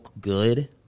good